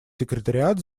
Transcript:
секретариат